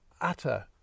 utter